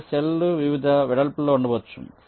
వివిధ సెల్ లు వివిధ వెడల్పులో ఉండవచ్చు